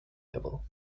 level